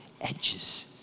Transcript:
edges